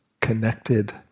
connected